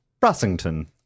Brussington